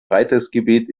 freitagsgebet